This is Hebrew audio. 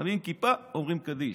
שמים כיפה כשאומרים קדיש.